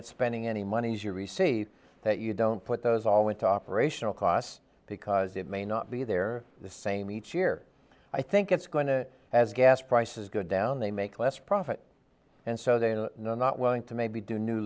at spending any money as your receipt that you don't put those all went to operational costs because it may not be there the same each year i think it's going to as gas prices go down they make less profit and so they are not willing to maybe do new